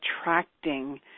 attracting